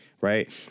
Right